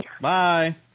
Bye